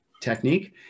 technique